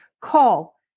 call